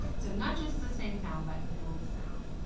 so not just sustain sound, but build sound.